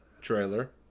trailer